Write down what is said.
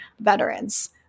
veterans